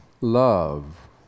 love